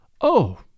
Oh